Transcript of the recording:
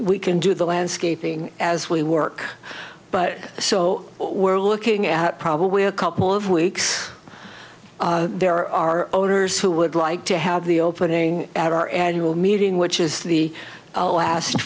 we can do the landscaping as we work but so we're looking at probably a couple of weeks there are owners who would like to have the opening at our annual meeting which is the last